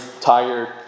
tired